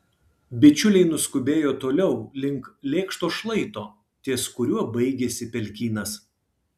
bičiuliai nuskubėjo toliau link lėkšto šlaito ties kuriuo baigėsi pelkynas